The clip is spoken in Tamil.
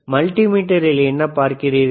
நீங்கள் மல்டி மீட்டரில் என்ன பார்க்கிறீர்கள்